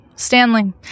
Stanley